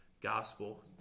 gospel